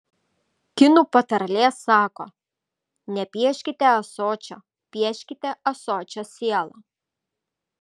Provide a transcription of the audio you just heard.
kinų patarlė sako nepieškite ąsočio pieškite ąsočio sielą